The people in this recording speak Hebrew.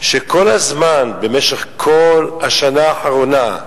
שכל הזמן, במשך כל השנה האחרונה,